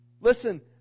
Listen